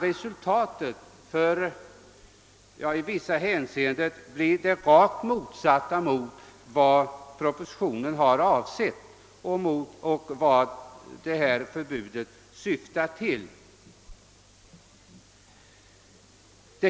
Resultatet kan i vissa hänseenden bli det rakt motsatta mot vad som avses i propositionen och mot vad förbudet syftar till.